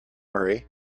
worry